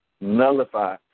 nullify